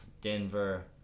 Denver